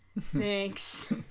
thanks